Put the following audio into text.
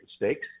mistakes